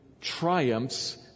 triumphs